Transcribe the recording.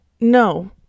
no